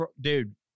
dude